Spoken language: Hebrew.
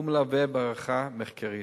והוא מלווה בהערכה מחקרית.